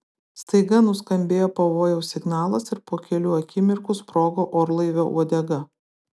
staiga nuskambėjo pavojaus signalas ir po kelių akimirkų sprogo orlaivio uodega